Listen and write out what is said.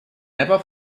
never